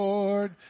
Lord